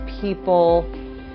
people